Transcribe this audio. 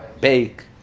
bake